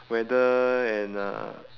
weather and uh